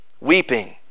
weeping